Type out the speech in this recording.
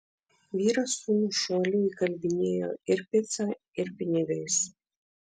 vyras sūnų šuoliui įkalbinėjo ir pica ir pinigais